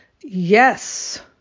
Yes